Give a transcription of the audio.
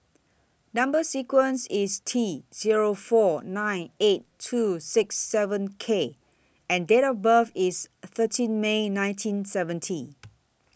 Number sequence IS T Zero four nine eight two six seven K and Date of birth IS thirteen May nineteen seventy